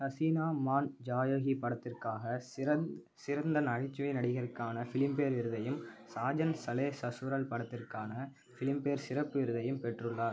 ஹசீனா மான் ஜாயோகி படத்திற்காக சிறந்த நகைச்சுவை நடிகருக்கான ஃபிலிம்பேர் விருதையும் சாஜன் சலே சசுரல் படத்திற்கான ஃபிலிம்பேர் சிறப்பு விருதையும் பெற்றுள்ளார்